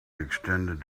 extended